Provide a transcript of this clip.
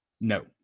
no